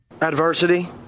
adversity